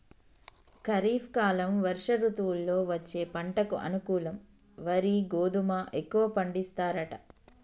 ఖరీఫ్ కాలం వర్ష ఋతువుల్లో వచ్చే పంటకు అనుకూలం వరి గోధుమ ఎక్కువ పండిస్తారట